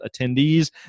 attendees